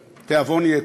תאבון-יתר.